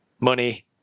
money